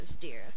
dear